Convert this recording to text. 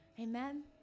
Amen